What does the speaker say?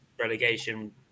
relegation